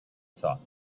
thought